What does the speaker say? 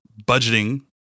budgeting